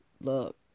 look